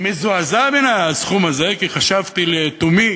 מזועזע מן הסכום הזה, כי חשבתי לתומי